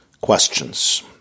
questions